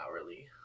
hourly